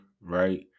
right